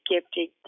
gifted